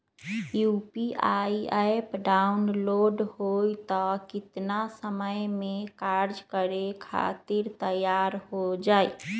UPI app download होई त कितना समय मे कार्य करे खातीर तैयार हो जाई?